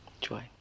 Joy